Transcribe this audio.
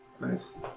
Nice